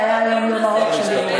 כי היה היום יום ארוך של,